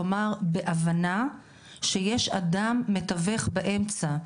כלומר בהבנה שיש אדם מתווך באמצע,